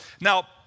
Now